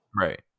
Right